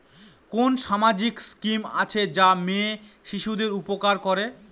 কোন সামাজিক স্কিম আছে যা মেয়ে শিশুদের উপকার করে?